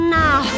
now